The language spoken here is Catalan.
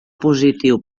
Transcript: positiu